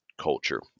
culture